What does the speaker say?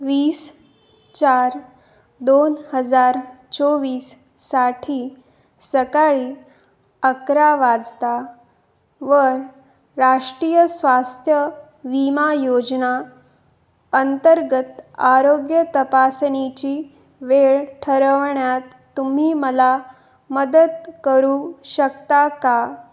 वीस चार दोन हजार चोवीससाठी सकाळी अकरा वाजता वर राष्ट्रीय स्वास्थ्य विमा योजना अंतर्गत आरोग्य तपासणीची वेळ ठरवण्यात तुम्ही मला मदत करू शकता का